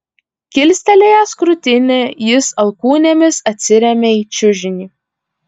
kilstelėjęs krūtinę jis alkūnėmis atsiremia į čiužinį